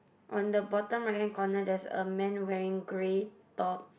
on the bottom right hand corner there is a man wearing grey top